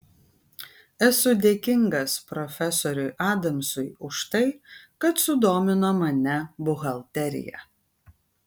esu dėkingas profesoriui adamsui už tai kad sudomino mane buhalterija